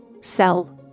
sell